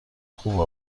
خوب